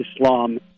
Islam